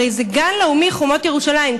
הרי זה גן לאומי חומות ירושלים,